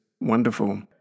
wonderful